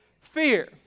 Fear